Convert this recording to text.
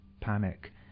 panic